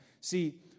See